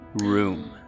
room